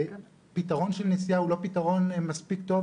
ופתרון של נסיעה הוא לא פתרון מספיק טוב,